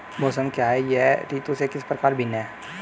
मौसम क्या है यह ऋतु से किस प्रकार भिन्न है?